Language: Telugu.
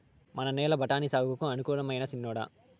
మన నేల బఠాని సాగుకు అనుకూలమైనా చిన్నోడా